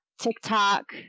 tiktok